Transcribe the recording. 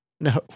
no